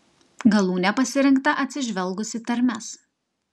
galūnė pasirinkta atsižvelgus į tarmes